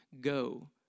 Go